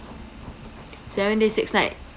seven days six nights